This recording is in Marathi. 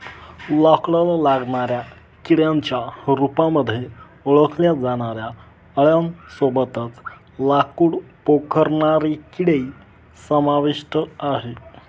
लाकडाला लागणाऱ्या किड्यांच्या रूपामध्ये ओळखल्या जाणाऱ्या आळ्यां सोबतच लाकूड पोखरणारे किडे समाविष्ट आहे